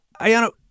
Ayano